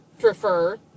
prefer